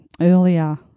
earlier